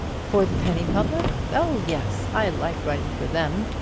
for the penny public? oh, yes i like writing for them.